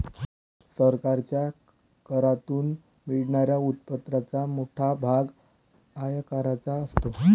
सरकारच्या करातून मिळणाऱ्या उत्पन्नाचा मोठा भाग आयकराचा असतो